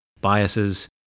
biases